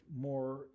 more